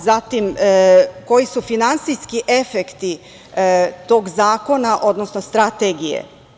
Zatim, koji su finansijski efekti tog zakona, odnosno Strategije?